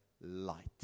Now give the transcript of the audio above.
light